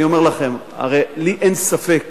אין ספק